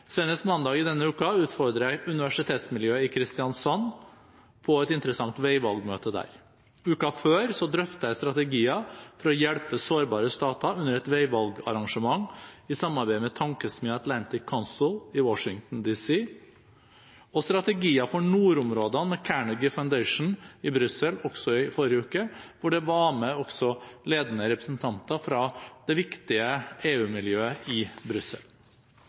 Senest mandag i denne uken utfordret jeg universitetsmiljøet i Kristiansand, på et interessant veivalgmøte der. Uken før drøftet jeg strategier for å hjelpe sårbare stater, under et veivalgarrangement i samarbeid med tankesmien Atlantic Council i Washington DC, og strategier for nordområdene med Carnegie Foundation i Brussel, hvor det også var med ledende representanter fra det viktige EU-miljøet i Brussel.